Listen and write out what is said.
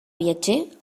viatger